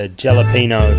jalapeno